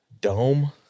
dome